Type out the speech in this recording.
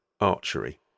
archery